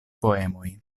poemoj